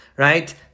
Right